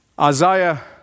Isaiah